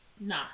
nah